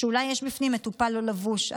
שאולי יש בפנים מטופל לא לבוש.